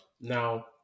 Now